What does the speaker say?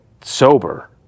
sober